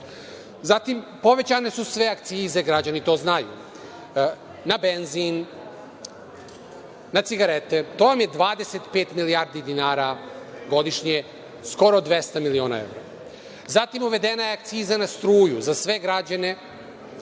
toga. Zatim, povećane su sve akcize i građani to znaju, na benzin, na cigarete, to je 25 milijardi dinara godišnje, skoro 200 miliona evra. Zatim, uvedena je akciza na struju, za sve građane to